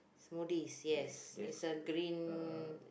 smoothies yes it's a green